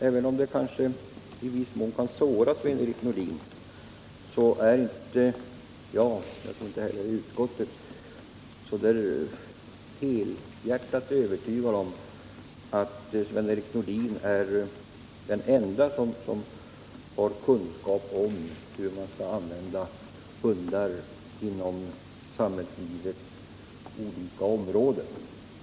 Även om det kanske i viss mån kan såra Sven-Erik Nordin, måste jag också säga att varken jag eller, som jag tror, utskottet är riktigt helhjärtat övertygade om att Sven-Erik Nordin är den ende som har kunskap om hur man skall använda hundar inom samhällslivets olika områden.